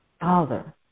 Father